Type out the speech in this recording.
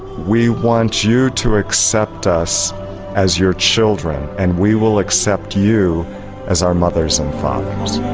we want you to accept us as your children, and we will accept you as our mothers and fathers.